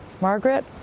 Margaret